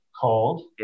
cold